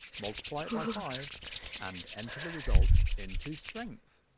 multiply by five and enter the result into strength,